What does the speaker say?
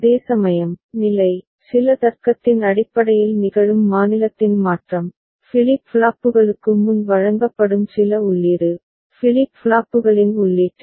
அதேசமயம் நிலை சில தர்க்கத்தின் அடிப்படையில் நிகழும் மாநிலத்தின் மாற்றம் ஃபிளிப் ஃப்ளாப்புகளுக்கு முன் வழங்கப்படும் சில உள்ளீடு ஃபிளிப் ஃப்ளாப்புகளின் உள்ளீட்டில்